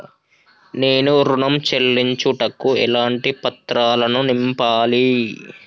నేను ఋణం చెల్లించుటకు ఎలాంటి పత్రాలను నింపాలి?